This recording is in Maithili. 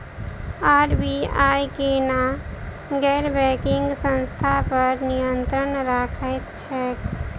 आर.बी.आई केना गैर बैंकिंग संस्था पर नियत्रंण राखैत छैक?